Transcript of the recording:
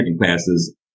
classes